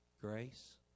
grace